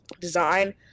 design